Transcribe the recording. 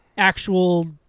actual